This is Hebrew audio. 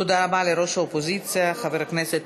תודה רבה לראש האופוזיציה חבר הכנסת